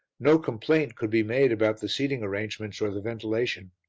no complaint could be made about the seating arrangements or the ventilation.